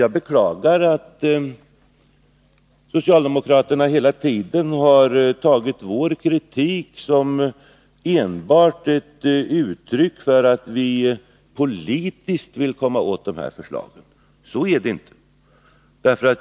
Jag beklagar att socialdemokraterna hela tiden har uppfattat vår kritik enbart som ett uttryck för att vi politiskt vill komma åt de här förslagen. Så är det inte.